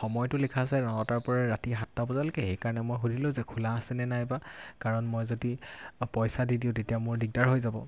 সময়টো লিখা আছে নটাৰ পৰা ৰাতি সাতটা বজালৈকে সেইকাৰণে মই সুধিলোঁ যে খোলা আছেনে নাইবা কাৰণ মই যদি পইচা দি দিওঁ তেতিয়া মোৰ দিগদাৰ হৈ যাব